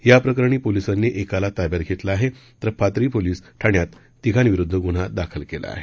या प्रकरणी पोलिसांनी एकाला ताब्यात घेतलं आहे तर पाथरी पोलिस ठाण्यात तिघांविरुद्ध गुन्हा दाखल केला आहे